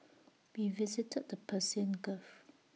we visited the Persian gulf